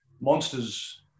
monsters